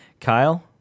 Kyle